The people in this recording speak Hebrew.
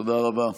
תודה רבה.